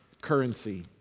currency